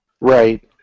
Right